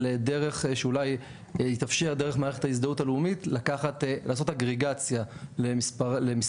על דרך שאולי יתאפשר דרך מערכת ההזדהות הלאומית לעשות אגרגציה למספרים